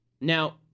Now